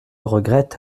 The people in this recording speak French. regrette